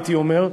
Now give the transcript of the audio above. הייתי אומר,